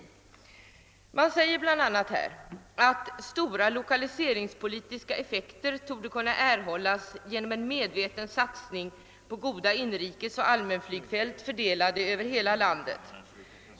Styrelsen säger bl.a.: »Stora lokaliseringspolitiska effekter torde kunna erhållas genom en medveten satsning på goda inrikesoch allmänflygfält, fördelade över hela landet.